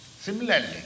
Similarly